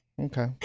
Okay